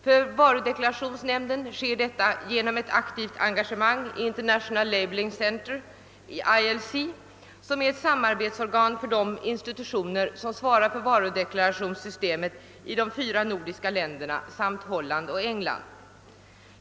För varudeklarationsnämnden sker detta genom ett aktivt engagemang i International Labelling Center, ILC, som är ett samarbetsorgan för de institutioner som svarar för varudeklarationssystemet i de fyra nordiska länderna samt Holland och England.